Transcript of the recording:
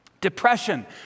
depression